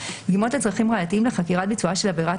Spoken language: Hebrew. דגימות לצרכים ראייתים לחקירת ביצועה של עבירת